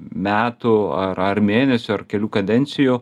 metų ar ar mėnesiųar kelių kadencijų